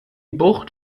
bucht